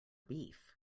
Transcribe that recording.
beef